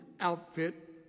outfit